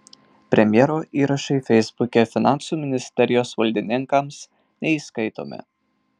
premjero įrašai feisbuke finansų ministerijos valdininkams neįskaitomi